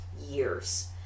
years